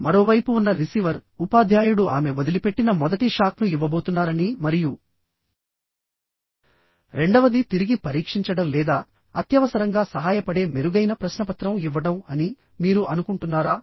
మరోవైపు ఉన్న రిసీవర్ ఉపాధ్యాయుడు ఆమె వదిలిపెట్టిన మొదటి షాక్ను ఇవ్వబోతున్నారని మరియు రెండవది తిరిగి పరీక్షించడం లేదా అత్యవసరంగా సహాయపడే మెరుగైన ప్రశ్నపత్రం ఇవ్వడం అని మీరు అనుకుంటున్నారా